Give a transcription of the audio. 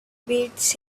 beats